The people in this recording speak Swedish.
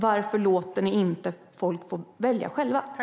Varför låter ni inte folk få välja själva?